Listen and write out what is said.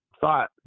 thought